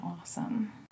awesome